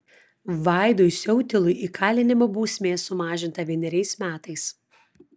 vaidui siautilui įkalinimo bausmė sumažinta vieneriais metais